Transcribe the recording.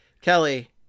Kelly